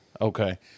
Okay